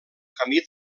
camí